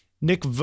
Nick